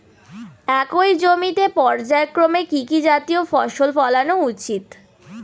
একই জমিতে পর্যায়ক্রমে কি কি জাতীয় ফসল ফলানো উচিৎ?